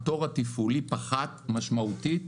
התור התפעולי פחת משמעותית,